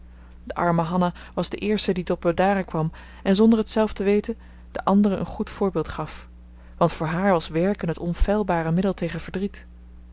de arme hanna was de eerste die tot bedaren kwam en zonder het zelf te weten de anderen een goed voorbeeld gaf want voor haar was werken het onfeilbare middel tegen verdriet